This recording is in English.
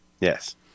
Yes